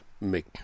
make